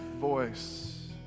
voice